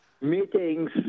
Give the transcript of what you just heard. meetings